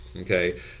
Okay